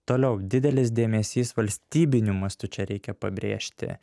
toliau didelis dėmesys valstybiniu mastu čia reikia pabrėžti